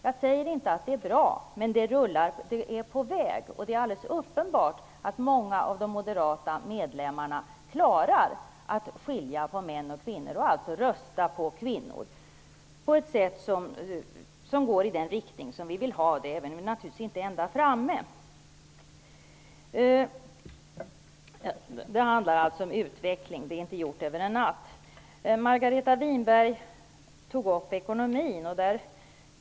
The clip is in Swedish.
Jag säger inte att detta är tillräckligt bra, men vi är på väg. Det är uppenbart att många av de moderata medlemmarna klarar att skilja på män och kvinnor och alltså att rösta på kvinnor. Utvecklingen går i den riktning som vi vill, även om vi naturligtvis inte är ända framme. Det handlar om utveckling, och det sker inte över en natt. Margareta Winberg tog upp ekonomin.